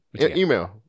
Email